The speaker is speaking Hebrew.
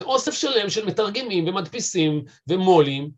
אוסף שלם של מתרגמים ומדפיסים ומו"לים.